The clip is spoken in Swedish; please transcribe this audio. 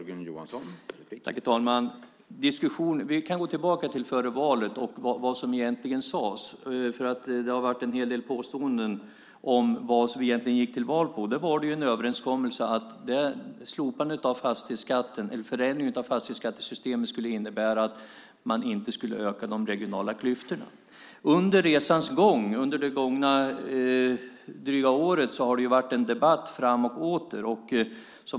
Herr talman! Vi kan gå tillbaka till tiden före valet och se vad som egentligen sades. Det har ju förekommit en hel del påståenden om vad vi gick till val på. Det fanns en överenskommelse om att slopandet av fastighetsskatten, eller förändringen av fastighetsskattesystemet, skulle innebära att de regionala klyftorna inte ökade. Under det dryga år som gått har debatten förts fram och tillbaka.